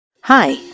Hi